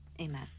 Amen